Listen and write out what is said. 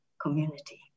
community